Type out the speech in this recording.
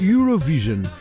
Eurovision